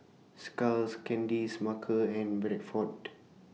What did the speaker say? Skulls Candy Smuckers and Bradford